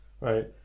right